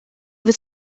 was